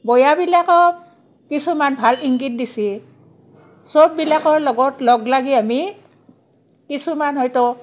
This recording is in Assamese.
বয়াবিলাকক কিছুমান ভাল ইংগিত দিছি চববিলাকৰ লগত লগ লাগি আমি কিছুমান হয়তো